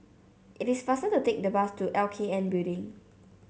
it is faster to take the bus to LKN Building